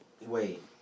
wait